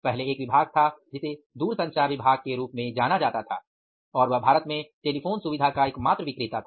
पहले एक विभाग था जिसे दूरसंचार विभाग के रूप में जाना जाता था और वह भारत में टेलीफोन सुविधा का एकमात्र विक्रेता था